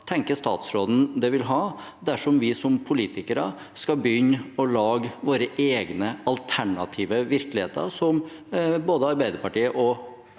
tenker statsråden det vil ha dersom vi som politikere skal begynne å lage våre egne alternative virkeligheter, slik både Arbeiderpartiet og